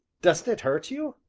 doesn't it hurt you?